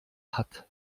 hat